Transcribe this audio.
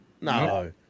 No